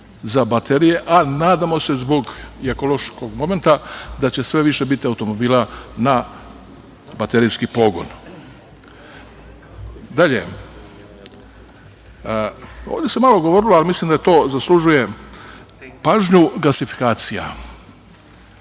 za baterije, a nadamo se i zbog ekološkog momenta da će sve više biti automobila na baterijski pogon. Dalje, ovde se malo govorilo, ali mislim da to zaslužuje pažnju – gasifikacija.